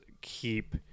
keep